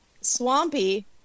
Swampy